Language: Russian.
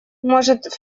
может